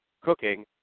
cooking